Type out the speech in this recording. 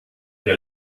der